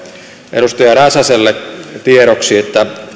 edustaja räsäselle tiedoksi että